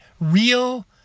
real